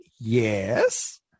Yes